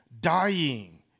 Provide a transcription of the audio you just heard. dying